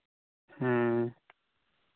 ᱦᱮᱸ